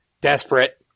desperate